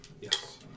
Yes